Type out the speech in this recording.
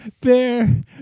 bear